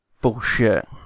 Bullshit